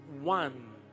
one